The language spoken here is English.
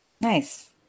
Nice